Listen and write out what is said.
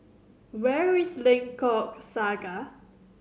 where is Lengkok Saga